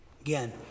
Again